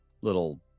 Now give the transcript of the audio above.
little